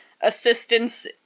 assistance